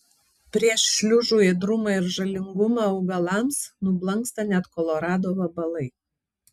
prieš šliužų ėdrumą ir žalingumą augalams nublanksta net kolorado vabalai